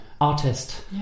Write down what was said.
artist